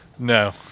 No